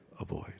avoid